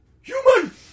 Human